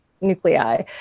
nuclei